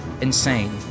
Insane